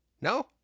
No